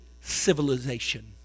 civilization